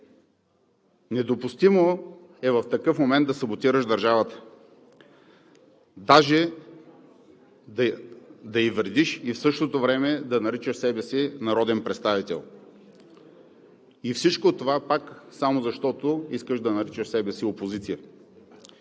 Недопустимо е в такъв момент да саботираш държавата дори да ѝ вредиш и в същото време да наричаш себе си народен представител. И всичко това пак само защото искаш да наричаш себе си опозиция.